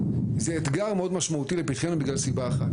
זה אתגר מאד משמעותי לפתחנו בגלל סיבה אחת.